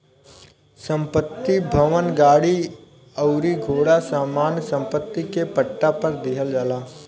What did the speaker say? संपत्ति, भवन, गाड़ी अउरी घोड़ा सामान्य सम्पत्ति के पट्टा पर दीहल जाला